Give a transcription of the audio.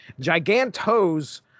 Gigantos